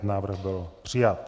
Návrh byl přijat.